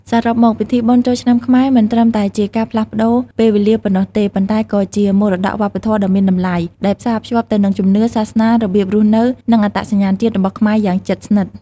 សរុបមក ពិធីបុណ្យចូលឆ្នាំខ្មែរមិនត្រឹមតែជាការផ្លាស់ប្តូរពេលវេលាប៉ុណ្ណោះទេ ប៉ុន្តែក៏ជាមរតកវប្បធម៌ដ៏មានតម្លៃ ដែលផ្សារភ្ជាប់ទៅនឹងជំនឿ សាសនា របៀបរស់នៅ និងអត្តសញ្ញាណជាតិរបស់ខ្មែរយ៉ាងជិតស្និទ្ធ។